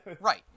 Right